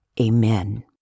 Amen